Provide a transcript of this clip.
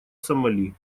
сомали